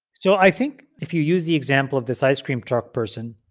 so i think if you use the example of this ice cream truck person,